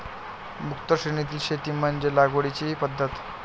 मुक्त श्रेणीतील शेती म्हणजे लागवडीची पद्धत